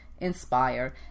inspire